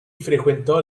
frequentò